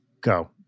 Go